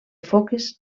foques